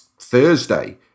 Thursday